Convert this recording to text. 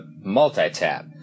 multi-tap